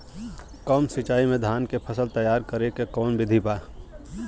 कम सिचाई में धान के फसल तैयार करे क कवन बिधि बा?